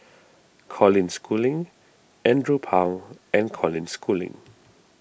Colin Schooling Andrew Phang and Colin Schooling